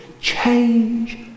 Change